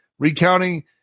Recounting